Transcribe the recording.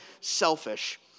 selfish